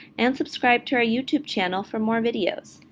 and subscribe to our youtube channel for more videos.